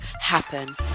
happen